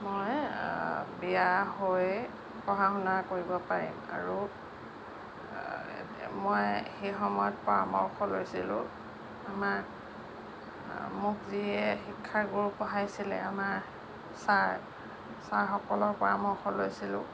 মই বিয়া হৈ পঢ়া শুনা কৰিব পাৰিম আৰু মই সেই সময়ত পৰামৰ্শ লৈছিলোঁ আমাক মোক যিয়ে শিক্ষাগুৰু পঢ়াইছিলে আমাৰ ছাৰ ছাৰসকলৰ পৰামৰ্শ লৈছিলোঁ